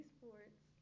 Sports